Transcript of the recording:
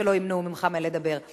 כשלא ייתנו לך לדבר.